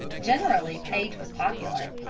generally, paige was popular.